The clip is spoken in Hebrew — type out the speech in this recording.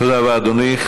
תודה רבה, אדוני.